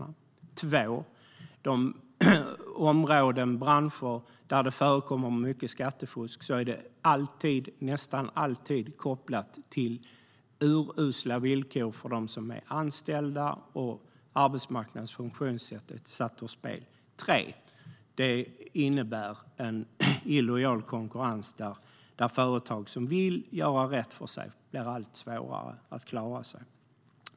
För det andra: De områden och branscher där det förekommer mycket skattefusk är nästan alltid kopplade till urusla villkor för dem som är anställda, och arbetsmarknadens funktionssätt är satt ur spel. För det tredje: Det innebär en illojal konkurrens där företag som vill göra rätt för sig får allt svårare att klara sig.